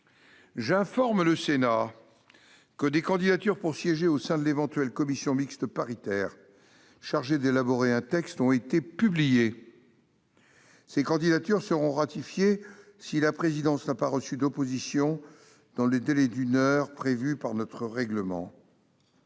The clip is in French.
J'informe le Sénat que des candidatures pour siéger au sein de l'éventuelle commission mixte paritaire chargée d'élaborer un texte ont été publiées. Ces candidatures seront ratifiées si la présidence n'a pas reçu d'opposition dans le délai d'une heure prévu par notre règlement.